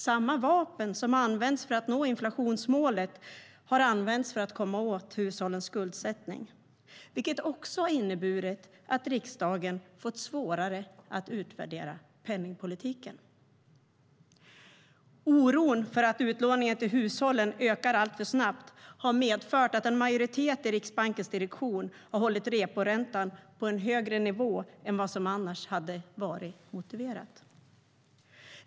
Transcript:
Samma vapen som används för att nå inflationsmålet har använts för att komma åt hushållens skuldsättning, vilket också har inneburit att riksdagen fått svårare att utvärdera penningpolitiken. Oron för att utlåningen till hushållen ökar alltför snabbt har medfört att en majoritet i Riksbankens direktion har hållit reporäntan på en högre nivå än vad som annars hade varit motiverat.